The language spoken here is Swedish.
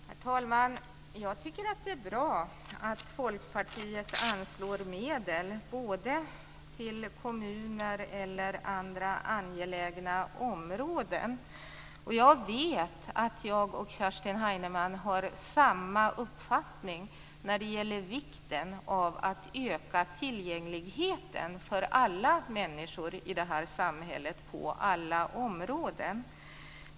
Herr talman! Jag tycker att det är bra att Folkpartiet anslår medel till både kommuner och andra angelägna områden. Jag vet att jag och Kerstin Heinemann har samma uppfattning när det gäller vikten av att öka tillgängligheten för alla människor i det här samhället på alla områden.